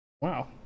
Wow